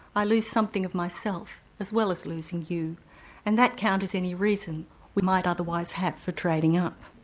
i lose something of myself as well as losing you and that counters any reason we might otherwise have for trading up.